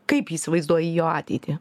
kaip įsivaizduoji jo ateitį